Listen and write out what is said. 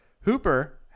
Hooper